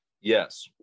Yes